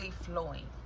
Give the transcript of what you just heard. flowing